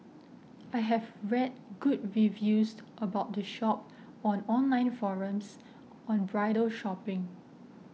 I have read good reviews about the shop on online forums on bridal shopping